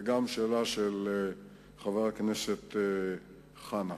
וגם חבר הכנסת סוייד שאל.